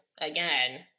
again